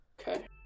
Okay